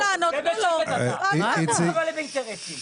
קובי, אתה מלא באינטרסים.